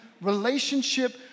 relationship